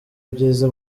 byiza